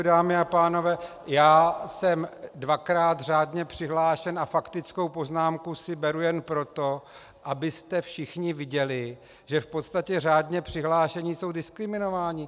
Dámy a pánové, já jsem dvakrát řádně přihlášen a faktickou poznámku si beru jen proto, abyste všichni viděli, že v podstatě řádně přihlášení jsou diskriminováni.